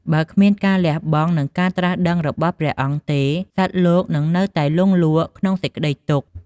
បើគ្មានការលះបង់ និងការត្រាស់ដឹងរបស់ព្រះអង្គទេ សត្វលោកនឹងនៅតែលង់លក់ក្នុងសេចក្តីទុក្ខ។